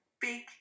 big